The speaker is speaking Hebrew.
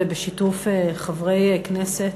ובשיתוף חברי כנסת,